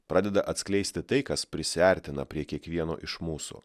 pradeda atskleisti tai kas prisiartina prie kiekvieno iš mūsų